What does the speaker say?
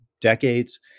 decades